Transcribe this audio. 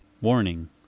warning